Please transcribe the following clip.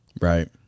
Right